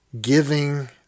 giving